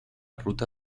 ruta